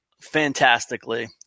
fantastically